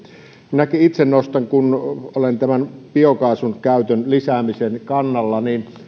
kun olen biokaasun käytön lisäämisen kannalla itsekin nostan